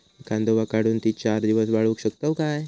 कांदो काढुन ती चार दिवस वाळऊ शकतव काय?